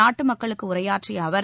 நாட்டு மக்களுக்கு உரையாற்றிய அவர்